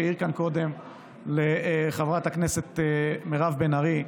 שהעיר כאן קודם לחברת הכנסת מירב בן ארי.